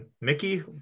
Mickey